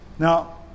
Now